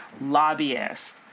Lobbyists